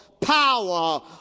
power